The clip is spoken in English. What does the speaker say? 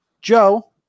Joe